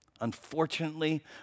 Unfortunately